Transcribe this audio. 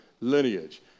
lineage